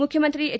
ಮುಖ್ಯಮಂತ್ರಿ ಎಚ್